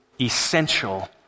essential